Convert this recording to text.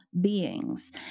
beings